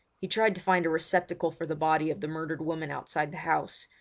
he tried to find a receptacle for the body of the murdered woman outside the house,